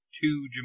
two